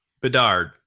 Bedard